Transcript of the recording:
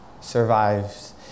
survives